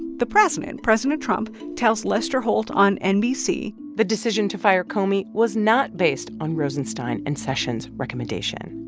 the president, president trump, tells lester holt on nbc. the decision to fire comey was not based on rosenstein and sessions' recommendation.